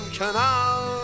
canal